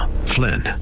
Flynn